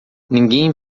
ninguém